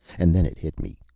and then it hit me.